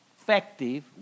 effective